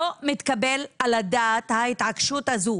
לא מתקבל על הדעת ההתעקשות הזו,